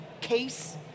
case